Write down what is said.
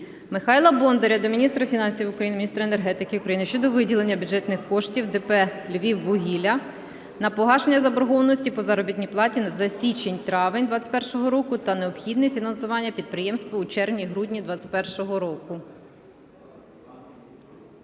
Михайла Бондаря до міністра фінансів України, міністра енергетики України щодо виділення бюджетних коштів ДП "Львівугілля" на погашення заборгованості по заробітній платі за січень-травень 21-го року та необхідне фінансування підприємства у червні-грудні 2021 року.